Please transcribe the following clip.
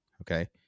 Okay